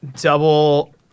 double